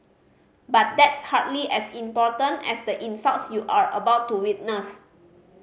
but that's hardly as important as the insults you are about to witness